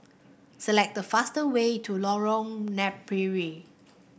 select the fast way to Lorong Napiri